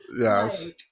Yes